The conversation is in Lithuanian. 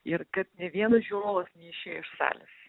ir kad nė vienas žiūrovas neišėjo iš salės